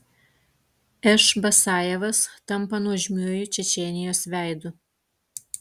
š basajevas tampa nuožmiuoju čečėnijos veidu